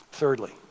Thirdly